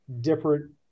different